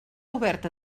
oberta